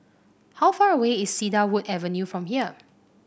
how far away is Cedarwood Avenue from here